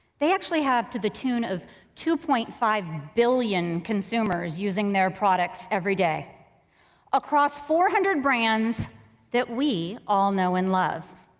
they actually have to the tune two point five billion consumers using their products every day across four hundred brands that we all know and love.